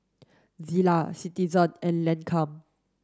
Zalia Citizen and Lancome